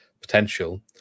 potential